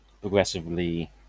progressively